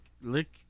lick